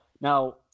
Now